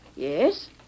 Yes